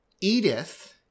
Edith